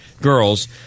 girls